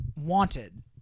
wanted